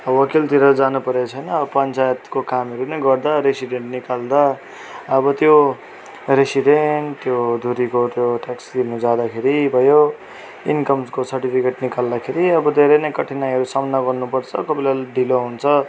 अब वकिलतिर जानु परेको छैन अब पञ्चायतको कामहरू नै गर्दा रेसिडेन्ट निकाल्दा अब त्यो रसिडेन्ट त्यो धुरीको त्यो ट्याक्स तिर्नु जाँदाखेरि भयो इनकमको सर्टिफिकेट निकाल्दाखेरि अब धेरै नै कठिनाईहरू सामना गर्नु पर्छ कोही बेला ढिलो हुन्छ